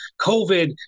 COVID